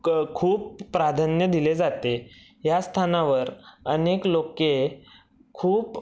क खूप प्राधान्य दिले जाते या स्थानावर अनेक लोक खूप